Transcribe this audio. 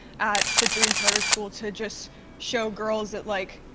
at the dream charter school, to just show girls that, like,